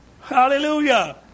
Hallelujah